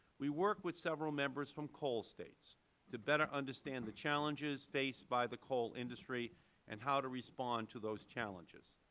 we worked with several members from coal states to better understand the challenges faced by the coal industry and how to respond to those challenges.